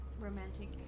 romantic